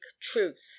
truth